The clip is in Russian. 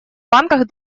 банках